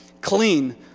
clean